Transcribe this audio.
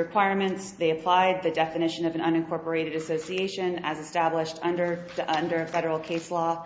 requirements they applied the definition of an unincorporated association as a stablished under the under a federal case law